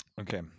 Okay